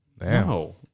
No